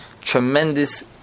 tremendous